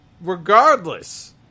regardless